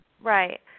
Right